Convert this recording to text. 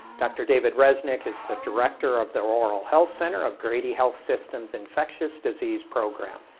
dr. david reznik is the director of the oral health center of grady health system's infectious disease program.